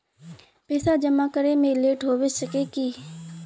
पैसा जमा करे में लेट होबे सके है की?